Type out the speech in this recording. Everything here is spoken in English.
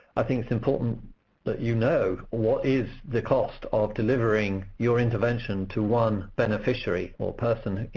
i think it's important that you know what is the cost of delivering your intervention to one beneficiary or person,